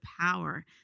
power